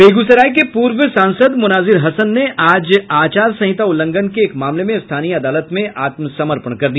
बेगूसराय के पूर्व सांसद मोनाजिर हसन ने आज आचार संहिता उल्लंघन के एक मामले में स्थानीय अदालत में आत्मसमर्पण कर दिया